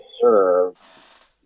serve